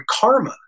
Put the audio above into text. karma